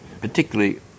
particularly